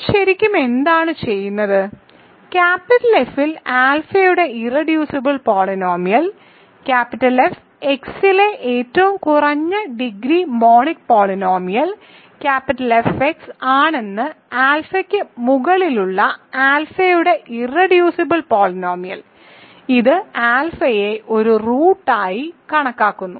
നമ്മൾ ഇവിടെ ശരിക്കും എന്താണ് ചെയ്യുന്നത് F ൽ ആൽഫയുടെ ഇർറെഡ്യൂസിബിൾ പോളിനോമിയൽ F x ലെ ഏറ്റവും കുറഞ്ഞ degree monic polynomial F x ആണ് ആൽഫയ്ക്ക് മുകളിലുള്ള ആൽഫയുടെ ഇർറെഡ്യൂസിബിൾ പോളിനോമിയൽ ഇത് ആൽഫയെ ഒരു റൂട്ടായി കണക്കാക്കുന്നു